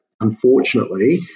unfortunately